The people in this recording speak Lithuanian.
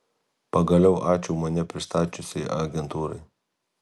pagaliau ačiū mane pristačiusiai agentūrai